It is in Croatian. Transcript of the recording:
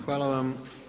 Hvala vam.